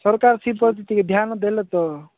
ସରକାର ସେଥି ପ୍ରତି ଟିକେ ଧ୍ୟାନ ଦେଲେ ତ